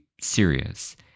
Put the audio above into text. serious